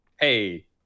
hey